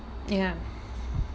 ya